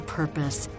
purpose